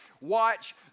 watch